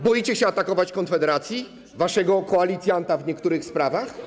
Boicie się atakować Konfederację, waszego koalicjanta w niektórych sprawach?